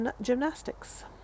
gymnastics